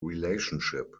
relationship